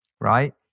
right